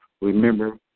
Remember